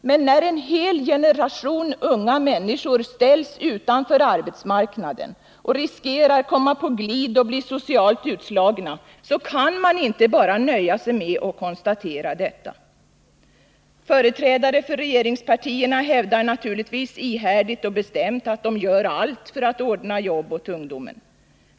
Men när en hel generation unga människor ställs utanför arbetsmarknaden och riskerar att komma på glid och bli socialt utslagna kan man inte bara nöja sig med att konstatera detta. Företrädare för regeringspartierna hävdar naturligtvis ihärdigt och bestämt att de gör allt för att ordna jobb åt ungdomen.